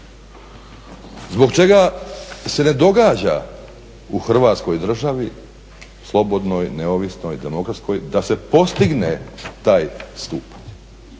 Zbog čega se ne događa u Hrvatskoj državi, slobodnoj, neovisnoj, demokratskoj, da se postigne taj stup